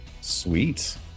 sweet